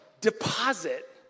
deposit